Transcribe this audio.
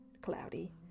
cloudy